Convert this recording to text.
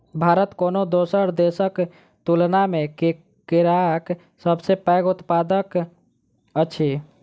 भारत कोनो दोसर देसक तुलना मे केराक सबसे पैघ उत्पादक अछि